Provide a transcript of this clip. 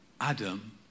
Adam